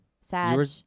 Sad